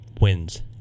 wins